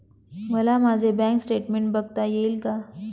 मला माझे bank statement बघता येईल का?